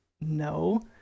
No